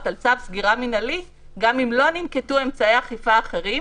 על צו סגירה מינהלי גם אם לא ננקטו אמצעי אכיפה אחרים,